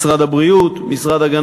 משרד הבריאות,